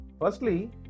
Firstly